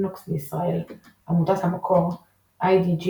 לינוקס בישראל עמותת המקור IDG,